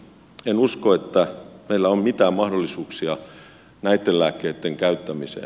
en usko että meillä on mitään mahdollisuuksia näitten lääkkeitten käyttämiseen